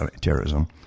terrorism